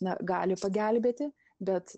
na gali pagelbėti bet